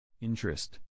Interest